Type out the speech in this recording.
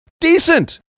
decent